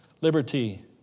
liberty